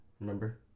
Remember